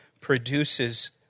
produces